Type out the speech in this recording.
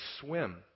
swim